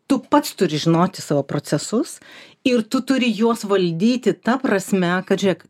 tu pats turi žinoti savo procesus ir tu turi juos valdyti ta prasme kad žiūrėk